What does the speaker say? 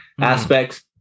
aspects